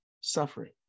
suffering